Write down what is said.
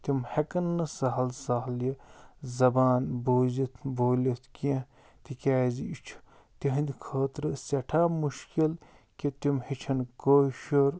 تِم ہیٚکَن نہٕ سَہَل سَہَل یہِ زبان بوٗزِتھ بوٗلِتھ کیٚنٛہہ تِکیٛازِ یہِ چھُ تِہٕنٛدِ خٲطرٕ سٮ۪ٹھاہ مُشکِل کہِ تِم ہیٚچھَن کٲشُر